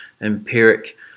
empiric